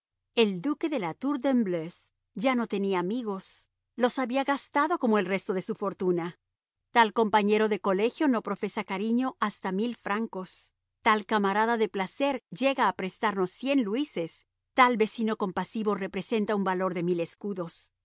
el duque de la tour de embleuse ya no tenía amigos los había gastado como el resto de su fortuna tal compañero de colegio nos profesa cariño hasta mil francos tal camarada de placer llega a prestarnos cien luises tal vecino compasivo representa un valor de mil escudos